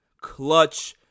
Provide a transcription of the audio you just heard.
clutch